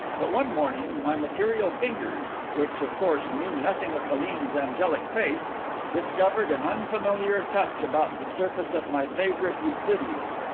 but one morning my material fingers which, of course, knew nothing of helene's angelic face discovered an unfamiliar touch about the surface of my favourite euclideas,